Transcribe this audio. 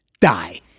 die